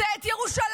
זה את ירושלים.